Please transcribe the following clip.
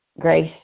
grace